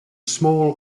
small